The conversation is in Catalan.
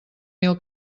mil